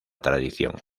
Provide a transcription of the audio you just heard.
tradición